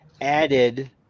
added